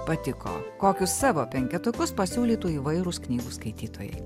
patiko kokius savo penketukus pasiūlytų įvairūs knygų skaitytojai